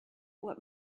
what